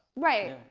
right,